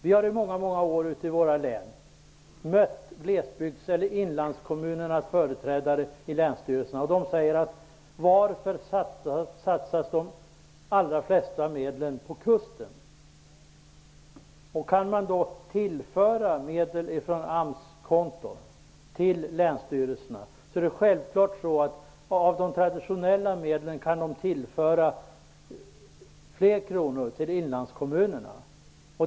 Vi har i våra län mött inlandskommunernas företrädare. De frågar: Varför satsas de allra flesta medel på kusten? Om man överför medel från AMS-kontot till länsstyrelserna, kan man av de traditionella medlen tillföra fler kronor till inlandskommunerna.